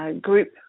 group